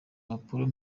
impapuro